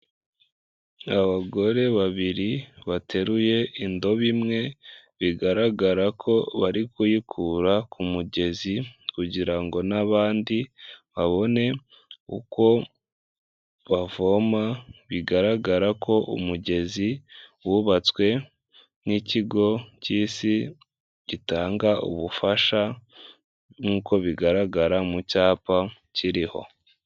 Abagore babiri bateruye indobe imwe, bigaragara ko bari kuyikura ku mugezi kugira ngo n'abandi babone uko bavoma, bigaragara ko umugezi wubatswe n'ikigo cy'isi gitanga ubufasha nk'uko bigaragara mu cyapa kiriho.